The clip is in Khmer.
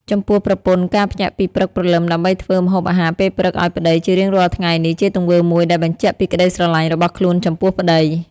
ចំពោះប្រពន្ធការភ្ញាក់ពីព្រឹកព្រលឹមដើម្បីធ្វើ ម្ហូបអាហារពេលព្រឹកឲ្យប្តីជារៀងរាល់ថ្ងៃនេះជាទង្វើមួយដែលបញ្ជាក់ពីក្តីស្រលាញ់របស់ខ្លួនចំពោះប្តី។